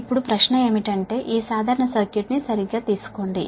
ఇప్పుడు ప్రశ్న ఏమిటంటే ఈ సాధారణ సర్క్యూట్ ను సరిగ్గా తీసుకోండి